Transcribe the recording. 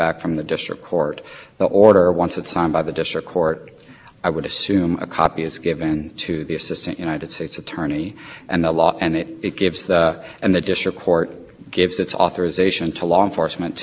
then sort of no harm no foul and that congress's concern about privacy and setting up a series of hoops